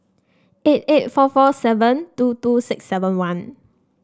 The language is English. eight eight four four seven two two six seven one